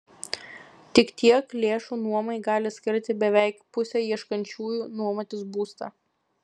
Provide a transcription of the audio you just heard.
tik tiek lėšų nuomai gali skirti beveik pusė ieškančiųjų nuomotis būstą